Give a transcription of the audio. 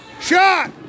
Shot